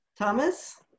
Thomas